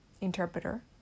interpreter